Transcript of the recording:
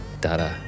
da-da